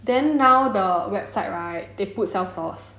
then now the website right they put self source